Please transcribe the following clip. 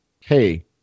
Hey